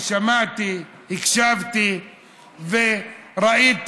שמעתי, הקשבתי וראיתי